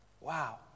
Wow